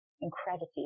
incredibly